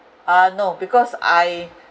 ah no because I